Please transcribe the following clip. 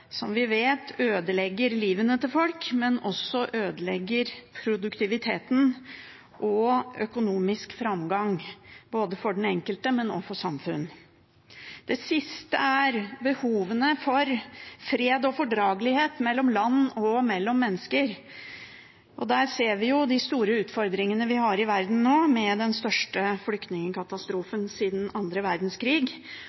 som vi vet ødelegger livet til folk, men som også ødelegger produktiviteten og økonomisk framgang, både for den enkelte og for samfunn. Det siste er behovene for fred og fordragelighet mellom land og mellom mennesker. Der ser vi jo de store utfordringene vi har i verden nå, med den største flyktningkatastrofen siden annen verdenskrig